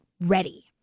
ready